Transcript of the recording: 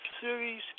series